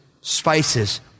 spices